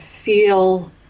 Feel